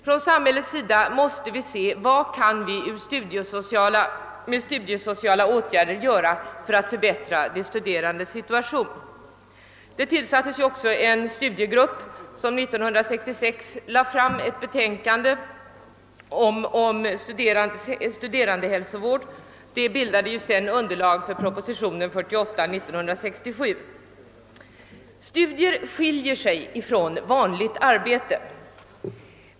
Från samhällets sida måste vi se efter vad vi med studiesociala åtgärder kan göra för att förbättra de studerandes situation. Det tillsattes också en studiegrupp, som år 1966 lade fram ett betänkande om <studerandehälsovård, vilket sedan bildade underlag för proposition nr 48 år 1967. Studier skiljer sig från vanligt arbete.